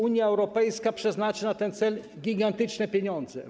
Unia Europejska przeznaczy na ten cel gigantyczne pieniądze.